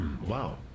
Wow